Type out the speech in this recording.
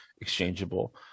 exchangeable